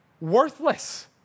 worthless